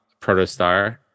Protostar